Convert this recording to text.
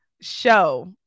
show